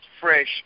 fresh